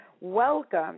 Welcome